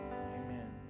Amen